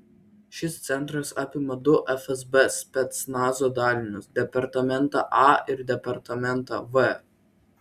šis centras apima du fsb specnazo dalinius departamentą a ir departamentą v